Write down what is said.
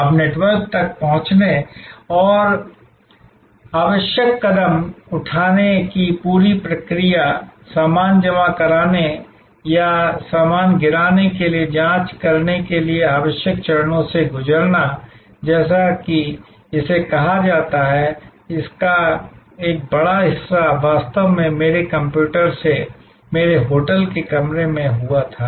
अब नेटवर्क तक पहुँचने और आवश्यक कदम उठाने की पूरी प्रक्रिया सामान जमा करने या सामान गिराने के लिए जाँच करने के लिए आवश्यक चरणों से गुज़रना जैसा कि इसे कहा जाता है इसका एक बड़ा हिस्सा वास्तव में मेरे कंप्यूटर से मेरे होटल के कमरे में हुआ था